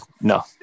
No